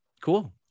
Cool